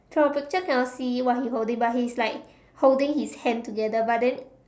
so the cats cannot see what he holding but he's like holding his hand together but then